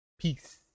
Peace